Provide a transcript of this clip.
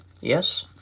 Yes